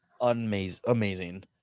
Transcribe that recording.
amazing